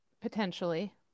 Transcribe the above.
Potentially